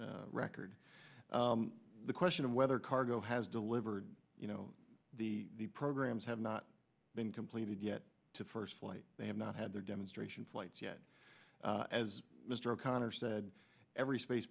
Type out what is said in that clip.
launch record the question of whether cargo has delivered you know the programs have not been completed yet to first flight they have not had their demonstration flights yet as mr o'connor said every space